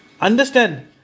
Understand